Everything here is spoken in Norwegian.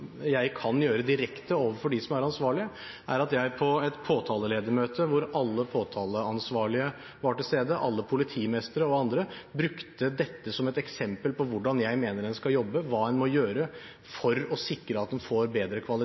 jeg kan gjøre direkte overfor dem som er ansvarlige, er at jeg på et påtaleledermøte hvor alle påtaleansvarlige var til stede, alle politimestre og andre, brukte dette som et eksempel på hvordan jeg mener en skal jobbe, hva en må gjøre for å sikre at en får bedre kvalitet